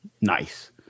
Nice